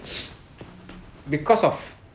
because of